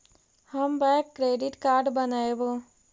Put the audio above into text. हम bank credit card बनैवो?